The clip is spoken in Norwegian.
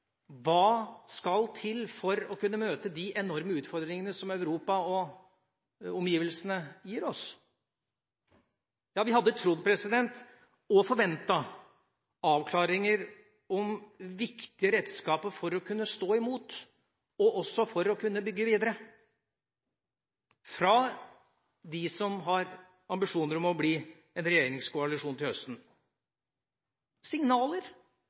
Hva skal til for å kunne møte de enorme utfordringene som Europa og omgivelsene gir oss? Ja, vi hadde trodd og forventet at vi ville få avklaringer om viktige redskaper for å kunne stå imot, og også for å kunne bygge videre, fra de som har ambisjoner om å bli en regjeringskoalisjon til høsten – signaler